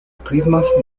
christmas